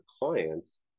clients